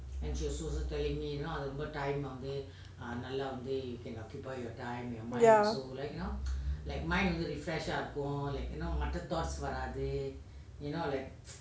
ya